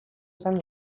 esan